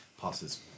passes